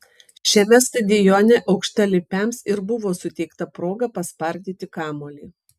šiame stadione aukštalipiams ir buvo suteikta proga paspardyti kamuolį